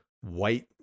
white